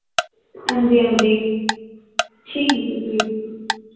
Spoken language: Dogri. अंजी अंजी ठीक ऐ ठी ऐ